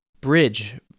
bridge